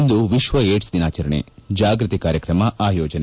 ಇಂದು ವಿಶ್ವ ಏಡ್ಸ್ ದಿನಾಚರಣೆ ಜಾಗೃತಿ ಕಾರ್ಯಕ್ರಮ ಆಯೋಜನೆ